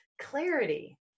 clarity